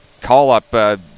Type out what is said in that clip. call-up